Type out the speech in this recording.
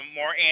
more